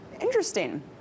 Interesting